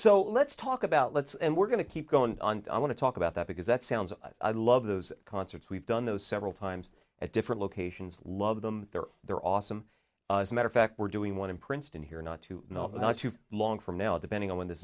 so let's talk about let's and we're going to keep going and i want to talk about that because that sounds i love those concerts we've done those several times at different locations love them they're they're awesome as matter fact we're doing one in princeton here not too long from now depending on when this